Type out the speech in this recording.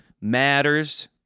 Matters